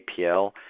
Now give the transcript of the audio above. APL